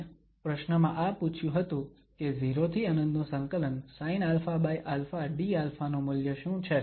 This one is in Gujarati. અને પ્રશ્નમાં આ પુછ્યું હતું કે 0∫∞sinααdα નું મૂલ્ય શું છે